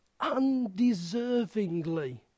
undeservingly